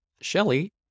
Shelley